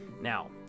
Now